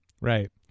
Right